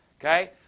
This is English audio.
okay